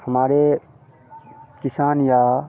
हमारे किसान या